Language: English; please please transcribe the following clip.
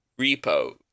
Repo